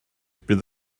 bydd